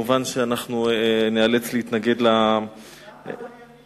מובן שאנחנו ניאלץ להתנגד, מדובר בעבריינים.